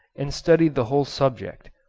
and studied the whole subject.